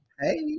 Hey